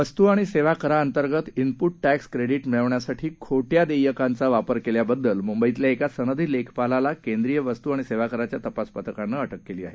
वस्तू आणि सेवा कराअंतर्गत उपुट टॅक्स क्रेडिट मिळवण्यासाठी खोट्या देयकांचा वापर केल्याबद्दल मुंबईतल्या एका सनदी लेखापालाला केंद्रीय वस्तू आणि सेवाकराच्या तपास पथकानं अटक केली आहे